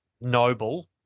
noble